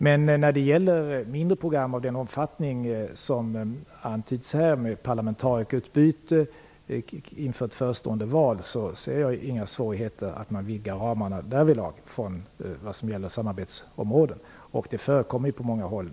Men när det gäller mindre program av den omfattning som antyds här med parlamentarikerutbyte inför ett förestående val ser jag inga svårigheter att vidga ramarna för samarbetsområdena. Den här typen av utbyte förekommer ju på många håll.